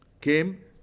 came